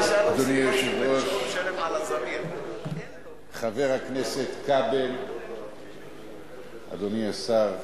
אדוני היושב-ראש, חבר הכנסת כבל, אדוני השר,